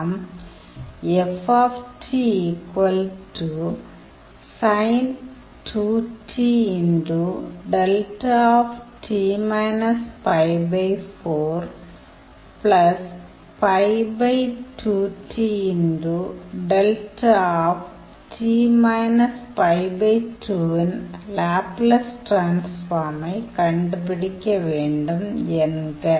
நாம் இன் லேப்லஸ் டிரான்ஸ்ஃபார்மை கண்டுபிடிக்க வேண்டும் என்க